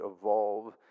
evolve